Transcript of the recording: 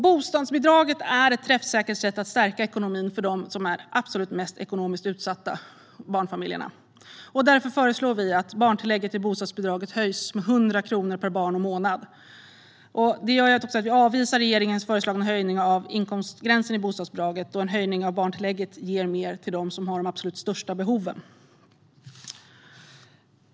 Bostadsbidraget är ett träffsäkert sätt att stärka ekonomin för de ekonomiskt absolut mest utsatta barnfamiljerna. Därför föreslår vi att barntillägget i bostadsbidraget höjs med 100 kronor per barn och månad. Det gör också att vi avvisar regeringens föreslagna höjning av inkomstgränsen i bostadsbidraget, då en höjning av barntillägget ger mer till dem som har de absolut största behoven.